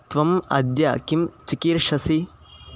त्वम् अद्य किं चिकीर्षसि